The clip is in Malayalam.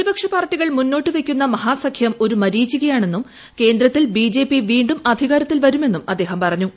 പ്രതിപക്ഷ പാർട്ടികൾ മുന്നോട്ട് വയ്ക്കുന്ന മഹാസഖ്യം ഒരു മരീചികയാണെന്നും കേന്ദ്രത്തിൽ ബിജെപി വീണ്ടും അധികാരത്തിൽ വരുമെന്നും അദ്ദേഹം പറഞ്ഞു